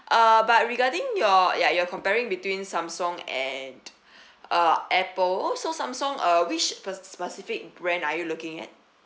uh but regarding your ya you're comparing between samsung and uh apple so samsung uh which spe~ specific brand are you looking at